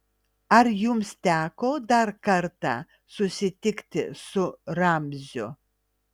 ar jums teko dar kartą susitikti su ramziu